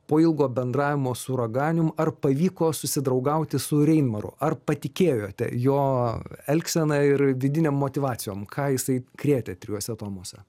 po ilgo bendravimo su raganium ar pavyko susidraugauti su reinmaru ar patikėjote jo elgsena ir vidinėm motyvacijom ką jisai krėtė trijuose tomuose